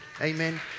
Amen